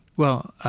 well,